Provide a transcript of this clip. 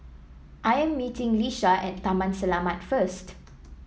I am meeting Lisha at Taman Selamat first